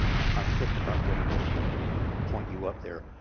i was just about ready to point you up there.